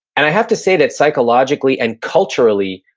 and i have to say that psychologically and culturally,